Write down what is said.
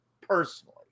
personally